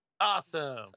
awesome